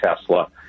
Tesla